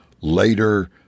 later